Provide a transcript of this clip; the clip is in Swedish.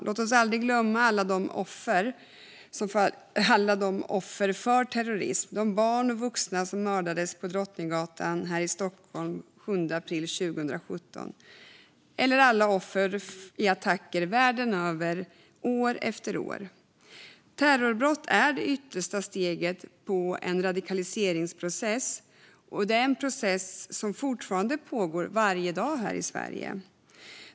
Låt oss aldrig glömma dem som fallit offer för terrorism - de barn och vuxna som mördades på Drottninggatan här i Stockholm den 7 april 2017 och alla offer för terrorattacker världen över, år efter år. Terrorbrott är det yttersta steget i en radikaliseringsprocess, och det är en process som fortfarande pågår varje dag här i Sverige.